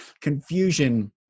confusion